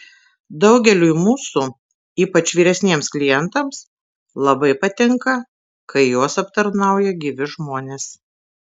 daugeliui mūsų ypač vyresniems klientams labai patinka kai juos aptarnauja gyvi žmonės